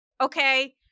Okay